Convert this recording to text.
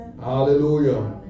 Hallelujah